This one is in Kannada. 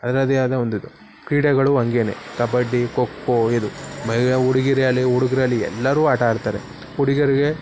ಅದರದ್ದೇ ಆದ ಒಂದಿದು ಕ್ರೀಡೆಗಳು ಹಂಗೇನೇ ಕಬಡ್ಡಿ ಖೋಖೋ ಇದು ಮಹಿ ಹುಡುಗಿಯರೇ ಆಗಲಿ ಹುಡುಗರಾಗ್ಲಿ ಎಲ್ಲರೂ ಆಟ ಆಡ್ತಾರೆ ಹುಡುಗ್ರಿಗೆ